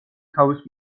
თავის